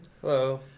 Hello